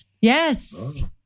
Yes